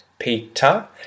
peter